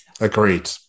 Agreed